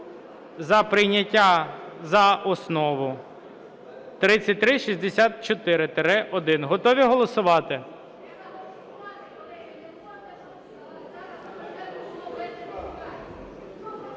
за прийняття за основу 3364-1. Готові голосувати?